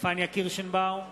פניה קירשנבאום,